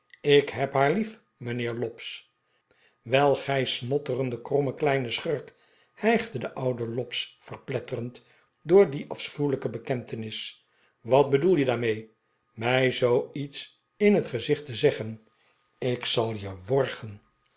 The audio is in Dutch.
ik heb haar lief mijnheer lobbs wel gij snotterende kromme kleine schurk hijgde de oude lobbs verpletterd door die afschuwelijke bekentenis wat bedoel je daarmee mij zoo iets in mijn gezicht te zeggen ik zal je worgen